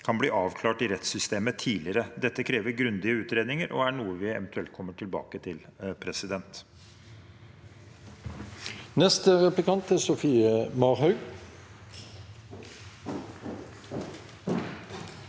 kan bli avklart i rettssystemet tidligere. Dette krever grundige utredninger og er noe vi eventuelt kommer tilbake til. Sofie